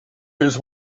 his